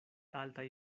altaj